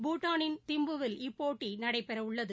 பூட்டானின் திம்புவில் இப்போட்டிநடைபெறவுள்ளது